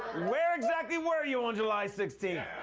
where exactly where you on july sixteenth?